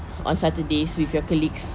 on saturdays with you colleagues